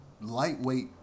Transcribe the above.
lightweight